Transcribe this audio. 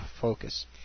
focus